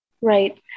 Right